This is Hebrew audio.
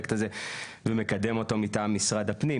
הפרויקט הזה ומקדם אותו מטעם משרד הפנים.